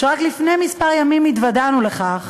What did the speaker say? רק לפני כמה ימים התוודענו לכך